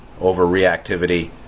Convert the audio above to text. overreactivity